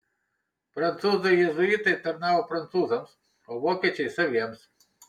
prancūzai jėzuitai tarnavo prancūzams o vokiečiai saviems